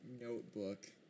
notebook